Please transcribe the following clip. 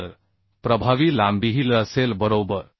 तर प्रभावी लांबी ही L असेल बरोबर